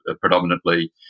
predominantly